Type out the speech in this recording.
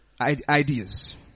ideas